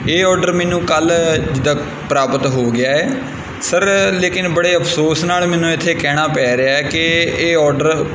ਇਹ ਔਡਰ ਮੈਨੂੰ ਕੱਲ੍ਹ ਜਿੱਦਾਂ ਪ੍ਰਾਪਤ ਹੋ ਗਿਆ ਹੈ ਸਰ ਲੇਕਿਨ ਬੜੇ ਅਫਸੋਸ ਨਾਲ ਮੈਨੂੰ ਇੱਥੇ ਕਹਿਣਾ ਪੈ ਰਿਹਾ ਕਿ ਇਹ ਔਡਰ